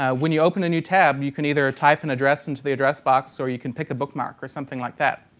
ah when you open a new tab, you can either type an and address into the address box or you can pick a bookmark, or something like that.